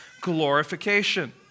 glorification